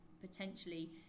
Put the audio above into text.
potentially